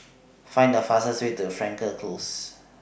Find The fastest Way to Frankel Close